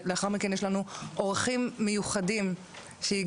לאחר מכן, יש לנו אורחים מיוחדים שהגיעו